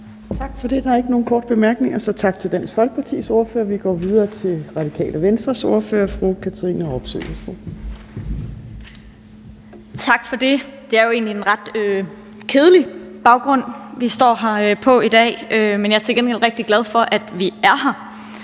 Tak for det. Der er ikke nogen korte bemærkninger, så tak til Dansk Folkepartis ordfører. Vi går videre til Radikale Venstres ordfører, fru Katrine Robsøe. Værsgo. Kl. 13:02 (Ordfører) Katrine Robsøe (RV): Tak for det. Det er jo egentlig en ret kedelig baggrund, vi står her på i dag. Men jeg er til gengæld rigtig glad for, at vi er her;